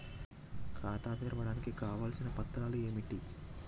ఖాతా తెరవడానికి కావలసిన పత్రాలు ఏమిటి?